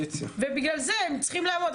ובגלל זה הם צריכים לעמוד.